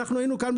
אנחנו היינו כאן,